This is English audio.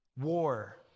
war